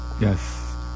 Yes